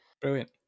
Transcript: Brilliant